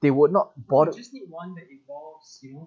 they would not bother